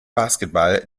basketball